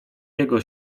jego